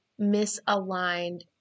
misaligned